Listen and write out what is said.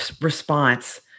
response